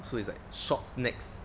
so it's like shorts next